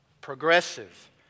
Progressive